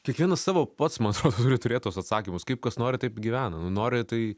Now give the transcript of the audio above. kiekvienas savo pats man atrodo turi turėt tuos atsakymus kaip kas nori taip gyvena nu nori tai